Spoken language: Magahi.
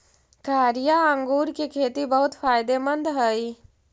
कारिया अंगूर के खेती बहुत फायदेमंद हई